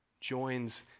joins